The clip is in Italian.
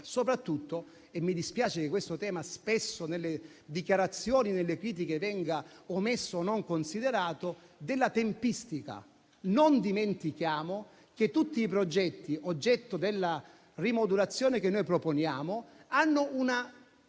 soprattutto - mi dispiace che questo tema spesso nelle dichiarazioni e nelle critiche venga omesso o non considerato - della tempistica. Non dimentichiamo che tutti i progetti, oggetto della rimodulazione che noi proponiamo, hanno una